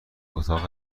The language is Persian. اتاق